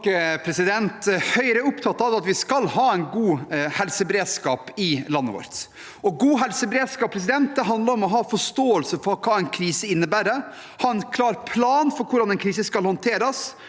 Høyre er opptatt av at vi skal ha en god helseberedskap i landet vårt. God helseberedskap handler om å ha forståelse for hva en krise innebærer, å ha en klar plan for hvordan en krise skal håndteres,